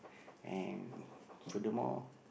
and furthermore